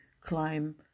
climb